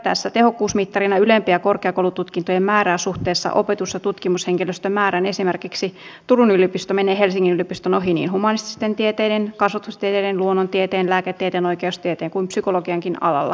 käytettäessä tehokkuusmittarina ylempien korkeakoulututkintojen määrää suhteessa opetus ja tutkimushenkilöstön määrään esimerkiksi turun yliopisto menee helsingin yliopiston ohi niin humanististen tieteiden kasvatustieteiden luonnontieteen lääketieteen oikeustieteen kuin psykologiankin alalla